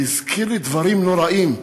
זה הזכיר לי דברים נוראים.